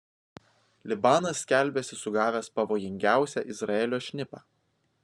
libanas skelbiasi sugavęs pavojingiausią izraelio šnipą